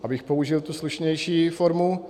Abych použil tu slušnější fondu.